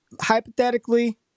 hypothetically